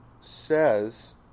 says